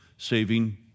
Saving